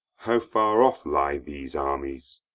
how far off lie these armies?